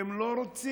אתם לא רוצים.